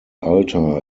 altar